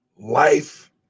life